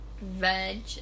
Veg